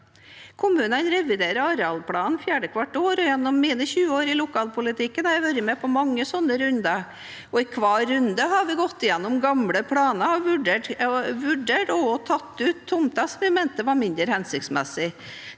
Kommunene reviderer arealplaner hvert fjerde år. Gjennom mine 20 år i lokalpolitikken har jeg vært med på mange sånne runder, og i hver runde har vi gått igjennom gamle planer og vurdert og også tatt ut tomter vi mente var mindre hensiktsmessige.